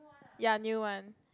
ya new one